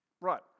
Right